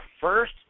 first